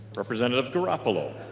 representative garofalo